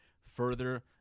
further